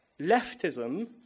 leftism